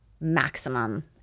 maximum